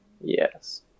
yes